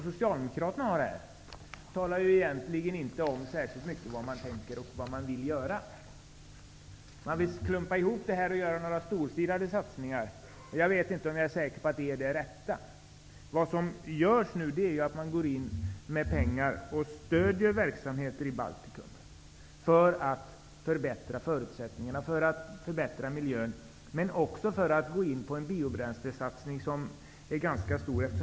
Socialdemokraternas förslag säger egentligen inte särskilt mycket om vad de tänker och vad de vill göra. De vill klumpa ihop detta och göra några storstilade satsningar. Jag är inte säker på att detta är det rätta. Vad man nu gör är att man med pengar stödjer verksamheter i Baltikum för att förbättra miljön, men också för att gå in på en biobränslesatsning som är ganska stor.